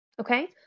Okay